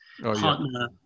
partner